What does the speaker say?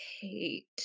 hate